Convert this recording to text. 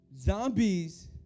Zombies